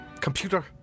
Computer